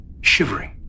shivering